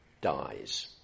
dies